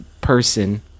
person